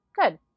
Good